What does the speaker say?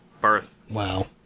birth—wow